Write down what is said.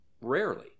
rarely